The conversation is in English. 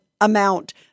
amount